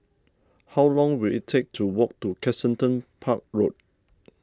how long will it take to walk to Kensington Park Road